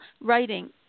writing